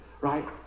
right